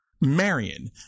Marion